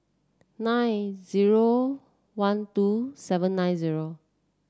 nine zero one two seven nine zero